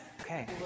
Okay